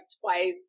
twice